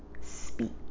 speak